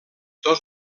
dos